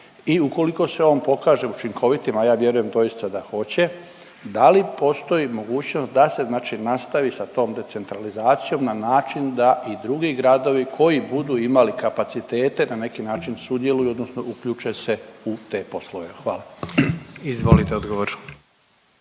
i ukoliko se on pokaže učinkovitim, a ja vjerujem doista da hoće, da li postoji mogućnost da se znači nastavi sa tom decentralizacijom na način da i drugi gradovi koji budu imali kapacitete da na neki način sudjeluju odnosno uključe se u te poslove? Hvala. **Jandroković,